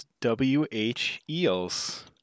W-H-Eels